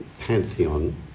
pantheon